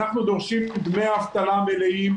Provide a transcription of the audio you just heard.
אנחנו דורשים דמי אבטלה מלאים,